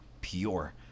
pure